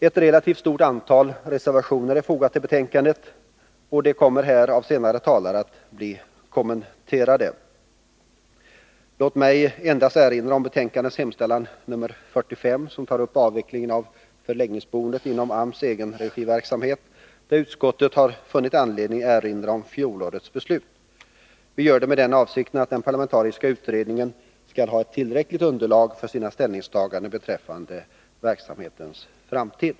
Ett relativt stort antal reservationer är fogat till betänkandet, och de kommer senare att kommenteras här av andra talare. Låt mig endast nämna betänkandets hemställan i mom. 45, som tar upp avvecklingen av förläggningsboendet inom AMS egenregiverksamhet, där utskottet har funnit anledning att erinra om fjolårets beslut. Vi gör det i förhoppningen att den parlamentariska utredningen skall ha ett tillräckligt underlag för sina ställningstaganden beträffande verksamhetens framtid.